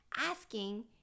asking